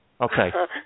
Okay